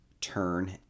turn